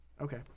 Okay